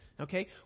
Okay